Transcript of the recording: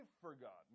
forgotten